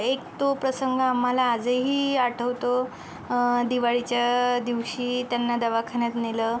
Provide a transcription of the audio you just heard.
एक तो प्रसंग आम्हाला आजही आठवतो दिवाळीच्या दिवशी त्यांना दवाखान्यात नेलं